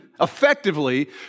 effectively